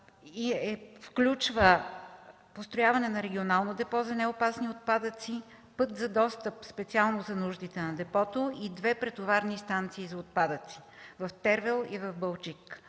включва построяване на регионално депо за неопасни отпадъци, път за достъп специално за нуждите на депото и две претоварни станции за отпадъци в Тервел и в Балчик.